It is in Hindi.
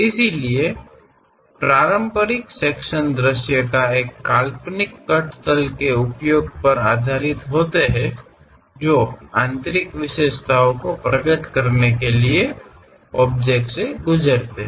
इसलिए पारंपरिक सेक्शन दृश्य एक काल्पनिक कट तल के उपयोग पर आधारित होते हैं जो आंतरिक विशेषताओं को प्रकट करने के लिए ऑब्जेक्ट से गुजरते हैं